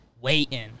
Waiting